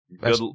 Good